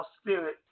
spirit